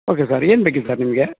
okay sir ಏನು ಬೇಕಿತ್ತು sir ನಿಮಗೆ